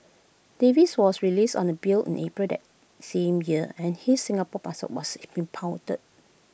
Davies was released on A bail in April that same year and his Singapore passport was impounded